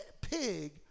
pig